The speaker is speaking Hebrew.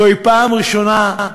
זו פעם ראשונה,